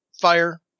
fire